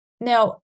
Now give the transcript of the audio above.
Now